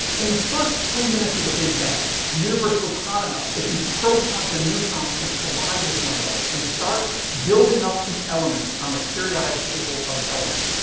in the first three minutes of the big bang the universe was hot enough that these protons and neutrons could collide with one another and start building up the elements on the periodic table of elements.